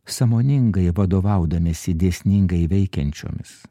sąmoningai vadovaudamiesi dėsningai veikiančiomis